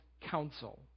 counsel